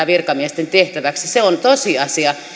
virkamiesten tehtäväksi se on tosiasia